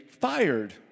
fired